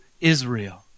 Israel